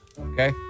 Okay